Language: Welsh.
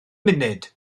munud